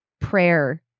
prayer